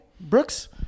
Brooks